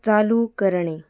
चालू करणे